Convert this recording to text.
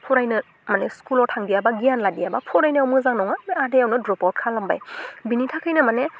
फरायनो माने स्कुलाव थांदियाबा गियान लादियाबा फरायनायाव मोजां नङा आदायावनो द्रप आवट खालामबाय बिनि थाखायनो माने